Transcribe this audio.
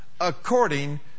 according